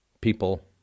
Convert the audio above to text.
people